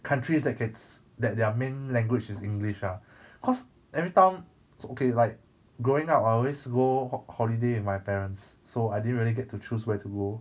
countries that can s~ that their main language is english ah cause everytime so okay like growing up I always go ho~ holiday with my parents so I didn't really get to choose where to go